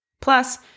Plus